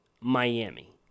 Miami